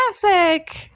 classic